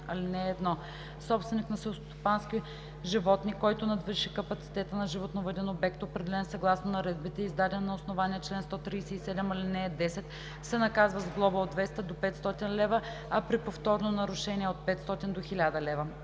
416а. (1) Собственик на селскостопански животни, който надвиши капацитета на животновъден обект, определен съгласно наредбите, издадени на основание чл. 137, ал. 10, се наказва с глоба от 200 до 500 лв., а при повторно нарушение – от 500 до 1000 лв.